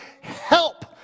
help